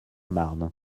marne